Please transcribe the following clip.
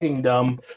dumb